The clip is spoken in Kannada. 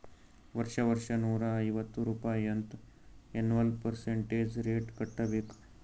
ವರ್ಷಾ ವರ್ಷಾ ನೂರಾ ಐವತ್ತ್ ರುಪಾಯಿ ಅಂತ್ ಎನ್ವಲ್ ಪರ್ಸಂಟೇಜ್ ರೇಟ್ ಕಟ್ಟಬೇಕ್